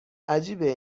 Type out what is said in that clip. عجیبه